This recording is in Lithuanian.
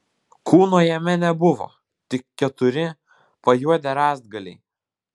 kūno jame nebuvo tik keturi pajuodę rąstgaliai